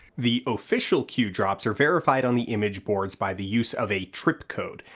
the official q drops are verified on the image boards by the use of a tripcode,